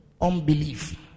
Unbelief